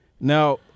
now